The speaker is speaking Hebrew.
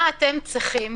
מה אתם צריכים